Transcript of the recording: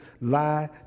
lie